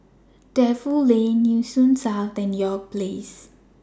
Defu Lane Nee Soon South and York Place